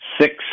six